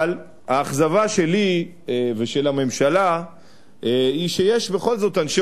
אבל האכזבה שלי ושל הממשלה היא שיש בכל זאת אנשי